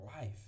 life